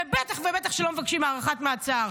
ובטח ובטח שלא מבקשים הארכת מעצר.